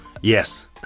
Yes